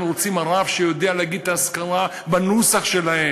הם רוצים רב שיודע להגיד את האזכרה בנוסח שלהם,